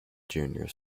junior